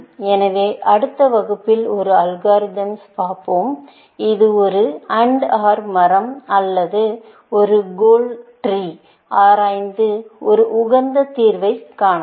எனவே அடுத்த வகுப்பில் ஒரு அல்காரிதம்ஸை பார்ப்போம் இது ஒரு AND OR மரம் அல்லது ஒரு கோல் ட்ரீயை ஆராய்ந்து ஒரு உகந்த தீர்வைக் காணலாம்